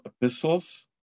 epistles